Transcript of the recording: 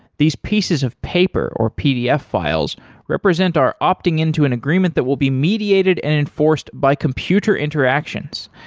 these pieces of paper or pdf files represent our opting in to an agreement that will be mediated and enforced by computer interactions.